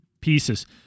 pieces